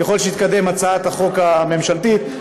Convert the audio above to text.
ככל שתתקדם הצעת החוק הממשלתית,